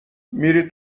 میری